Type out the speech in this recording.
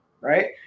right